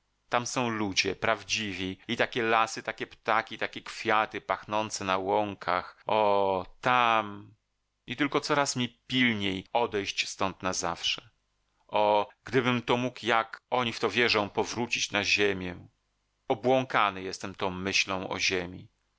tam są ludzie prawdziwi i takie lasy takie ptaki takie kwiaty pachnące na łąkach o tam i tylko coraz mi pilniej odejść stąd na zawsze o gdybym to mógł tak jak oni w to wierzą powrócić na ziemię obłąkany jestem tą myślą o ziemi